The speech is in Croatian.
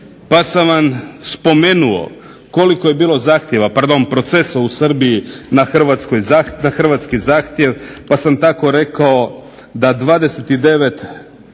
Pa sam vam spomenuo koliko je bilo procesa u Srbiji na hrvatski zahtjev, pa sam tako rekao da 29